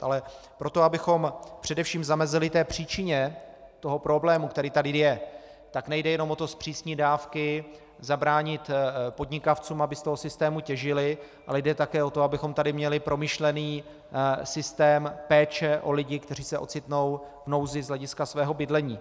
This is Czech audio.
Ale pro to, abychom především zamezili příčině toho problému, který tady je, tak nejde jenom o to zpřísnit dávky, zabránit podnikavcům, aby z toho systému těžili, ale jde také o to, abychom tady měli promyšlený systém péče o lidi, kteří se ocitnou v nouzi z hlediska svého bydlení.